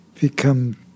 become